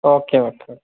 okay okay okay